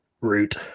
root